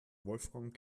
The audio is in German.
wolfgang